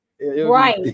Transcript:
Right